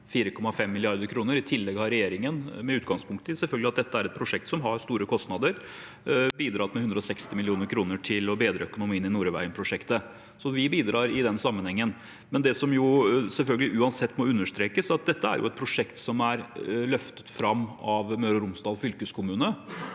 I tillegg har regjeringen – selvfølgelig med utgangspunkt i at dette er et prosjekt som har store kostnader – bidratt med 160 mill. kr til å bedre økonomien i Nordøyvegen-prosjektet. Vi bidrar i den sammenhengen. Det som selvfølgelig uansett må understrekes, er at dette er et prosjekt som er løftet fram av Møre og Romsdal fylkeskommune.